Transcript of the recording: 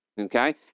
Okay